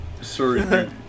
Sorry